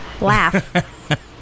laugh